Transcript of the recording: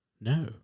No